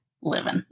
living